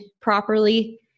properly